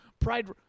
pride